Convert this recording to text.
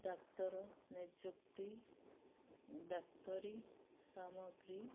doctor ନିଯୁକ୍ତି ଡ଼ାକ୍ତରୀ ସାମଗ୍ରୀ